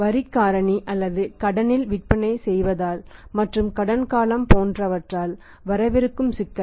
வரிக் காரணி அல்லது கடனில் விற்பனை செய்வதால் மற்றும் கடன் காலம் போன்றவற்றால் வரவிருக்கும் சிக்கல்